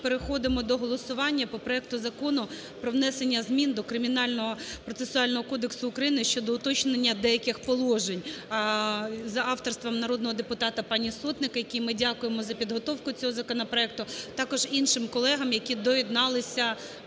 ми переходимо до голосування по проекту Закону про внесення змін до Кримінально-процесуального кодексу України щодо уточнення деяких положень, за авторством народного депутата пані Сотник, якій ми дякуємо за підготовку цього законопроекту, а також іншим колегам, які доєдналися